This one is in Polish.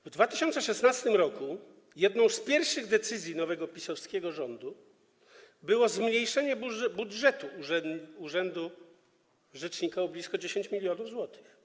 W 2016 r. jedną z pierwszych decyzji nowego PiS-owskiego rządu było zmniejszenie budżetu urzędu rzecznika o blisko 10 mln zł.